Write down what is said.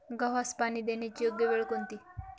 गव्हास पाणी देण्याची योग्य वेळ कोणती?